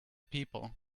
people